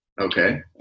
Okay